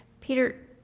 peter,